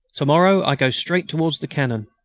to-morrow i go straight towards the cannon.